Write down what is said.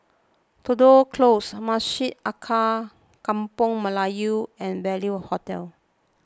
Tudor Close Masjid Alkaff Kampung Melayu and Value Hotel